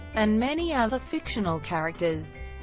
and many other fictional characters,